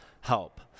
help